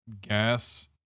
gas